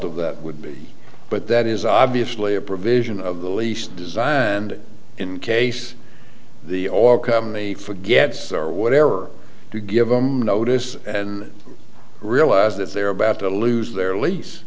of that would be but that is obviously a provision of the least desire and in case the oil company forgets or whatever to give them notice and realize that they're about to lose their lease